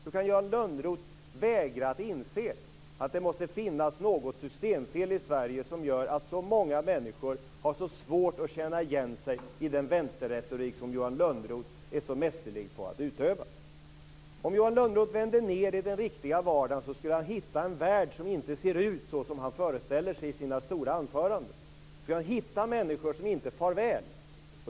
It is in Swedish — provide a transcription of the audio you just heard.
Hur kan Johan Lönnroth vägra att inse att det måste finnas något systemfel i Sverige som gör att så många människor har så svårt att känna igen sig i den vänsterretorik som Johan Lönnroth är så mästerlig på att utöva? Om Johan Lönnroth vänder ned i den riktiga vardagen skulle han hitta en värld som inte ser ut såsom han föreställer sig i sina stora anföranden. Han skulle hitta människor som inte far väl.